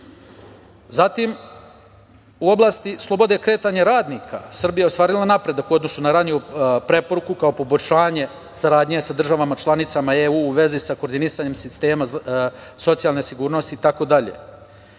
u oblasti slobode kretanja radnika Srbija je ostvarila napredak u odnosu na raniju preporuku kao poboljšanje saradnje sa državama članicama EU u vezi sa koordinisanjem sistema socijalne sigurnosti itd.